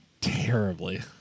terribly